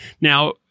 Now